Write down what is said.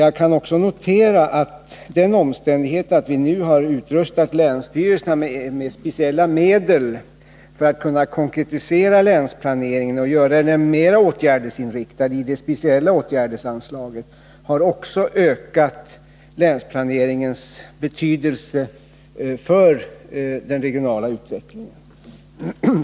Jag kan också notera att den omständigheten, att vi nu har försett länsstyrelserna med medel genom de speciella åtgärdsanslagen för att de skall kunna konkretisera länsplaneringen och göra den mer åtgärdsinriktad, har ökat planeringens betydelse för den regionala utvecklingen.